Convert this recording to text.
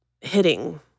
hitting